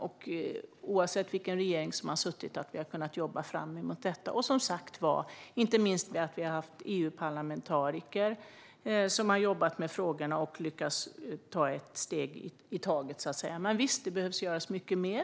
Oavsett vilken regering som har suttit har vi kunnat jobba framåt i fråga om detta. Inte minst har vi haft EU-parlamentariker som har jobbat med frågorna och som har lyckats ta ett steg i taget. Men visst behöver det göras mycket mer.